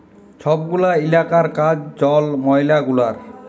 ছব গুলা ইলাকার কাজ জল, ময়লা গুলার